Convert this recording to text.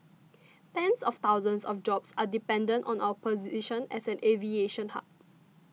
tens of thousands of jobs are dependent on our position as an aviation hub